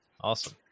awesome